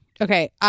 Okay